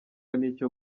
n’icyo